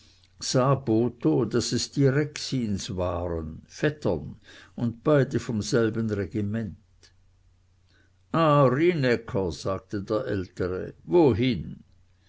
daß es die rexins waren vettern und beide vom selben regiment ah rienäcker sagte der ältere wohin